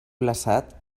glaçat